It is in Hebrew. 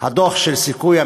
לפי הדוח של "סיכוי",